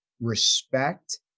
respect